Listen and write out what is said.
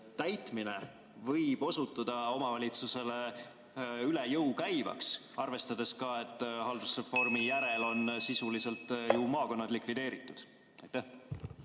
täitmine võib osutuda omavalitsusele üle jõu käivaks, arvestades ka seda, et haldusreformi järel on maakonnad ju sisuliselt likvideeritud? Aitäh!